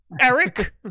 Eric